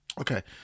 Okay